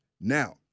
Now